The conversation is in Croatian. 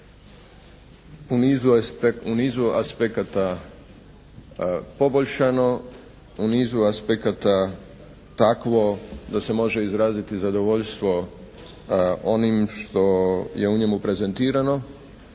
u nizu aspekata poboljšano u nizu aspekata takvo da se može izraziti zadovoljstvo onim što je u njemu prezentirano